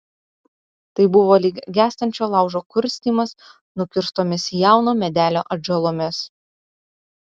tai buvo lyg gęstančio laužo kurstymas nukirstomis jauno medelio atžalomis